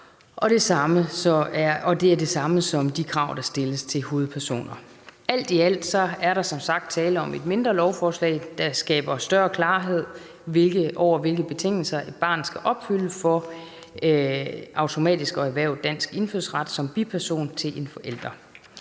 det er det samme som det krav, som stilles til hovedpersoner. Alt i alt er der som sagt tale om et mindre lovforslag, der skaber større klarhed over, hvilke betingelser et barn skal opfylde for automatisk at erhverve dansk indfødsret som biperson til en forælder.